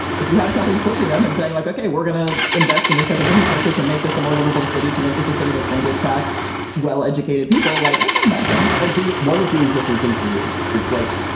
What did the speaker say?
if you have companies pushing them and saying like, okay, we're going to invest in this type of infrastructure to make this a more livable city, to make this a city that's going to attract well educated people, like that's not a bad thing ah one of the interesting things is it's it's like,